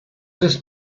this